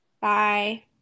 Bye